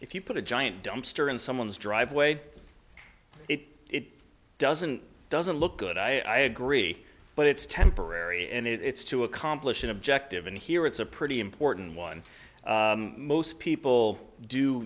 if you put a giant dumpster in someone's driveway it doesn't doesn't look good i agree but it's temporary and it's to accomplish an objective and here it's a pretty important one most people do